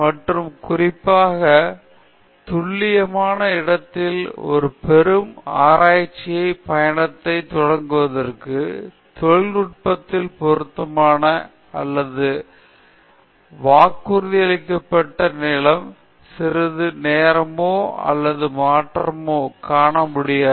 மற்றும் குறிப்பாக துல்லியமான இடத்தில் ஒரு பெரும் ஆராய்ச்சிக் பயணத்தைத் தொடங்குவதற்கு தொழில் நுட்பத்தில் பொருத்தமானது அல்ல வாக்குறுதியளிக்கப்பட்ட நிலம் சிறிது நேரமோ அல்லது மற்றொன்றோ காண முடியாது